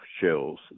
shells